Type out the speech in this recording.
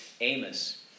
Amos